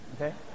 Okay